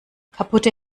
kaputte